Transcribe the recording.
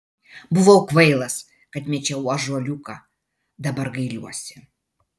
buvau kvailas kad mečiau ąžuoliuką dabar gailiuosi